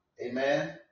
Amen